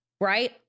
right